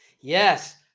Yes